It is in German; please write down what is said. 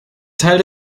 teil